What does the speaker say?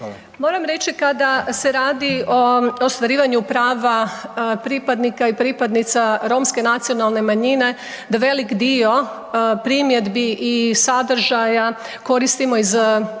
Moram reći kada se radi o ostvarivanju prava pripadnika i pripadnica romske nacionalne manjine da velik dio primjedbi i sadržaja koristimo iz resursa